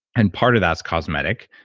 and part of that's cosmetic.